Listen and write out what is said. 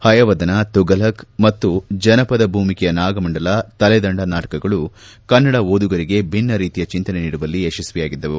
ಹಯವದನ ತುಫಲಕ್ ಮತ್ತು ಜನಪದಭೂಮಿಕೆಯ ನಾಗಮಂಡಲ ತಲೆದಂಡ ನಾಟಕಗಳು ಕನ್ನಡ ಒದುಗರಿಗೆ ಬಿನ್ನರೀತಿಯ ಚಿಂತನೆ ನೀಡುವಲ್ಲಿ ಯಶಸ್ವಿಯಾಗಿದ್ದವು